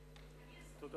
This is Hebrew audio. לא